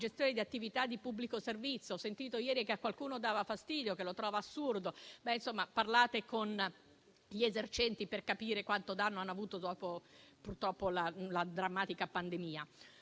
gestori di attività di pubblico servizio. Ho sentito ieri che a qualcuno dava fastidio e che lo trova assurdo, ma parlate con gli esercenti per capire quanto danno abbiamo avuto dalla drammatica pandemia.